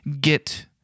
get